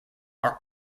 are